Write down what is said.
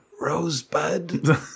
Rosebud